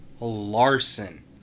Larson